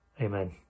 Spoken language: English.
Amen